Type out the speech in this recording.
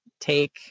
take